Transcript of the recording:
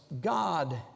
God